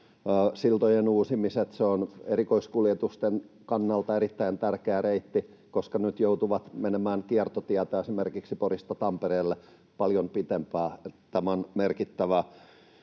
siltojen uusimiset. Se on erikoiskuljetusten kannalta erittäin tärkeä reitti, koska nyt ne joutuvat menemään kiertotietä esimerkiksi Porista Tampereelle paljon pidempää reittiä. Tämä on merkittävää.